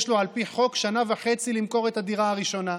יש לו על פי חוק שנה וחצי למכור את הדירה הראשונה.